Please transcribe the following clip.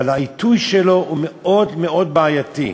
אבל העיתוי שלו הוא מאוד מאוד בעייתי.